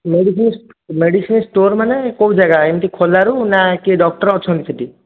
medicine medicine store ମାନେ କେଉଁ ଜାଗା ଏମିତି ଖୋଲାରୁ ନା କିଏ ଡକ୍ଟର୍ ଅଛନ୍ତି ସେଇଠି